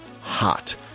hot